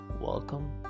Welcome